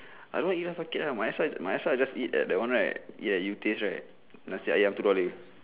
I don't want to eat rice bucket lah might as well might as well just eat at that one right ya you taste right nasi ayam two dollar